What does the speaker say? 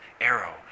arrow